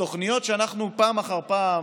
התוכניות שאנחנו פעם אחר פעם